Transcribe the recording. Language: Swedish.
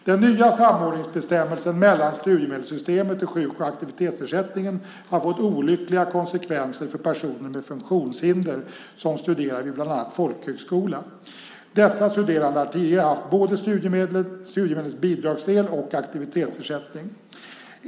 Den nya samordningsbestämmelsen mellan studiemedelssystemet och sjuk och aktivitetsersättningen har fått olyckliga konsekvenser för personer med funktionshinder som studerar vid bland annat folkhögskola. Dessa studerande har tidigare haft både studiemedlets bidragsdel och aktivitetsersättning.